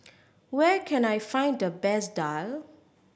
where can I find the best daal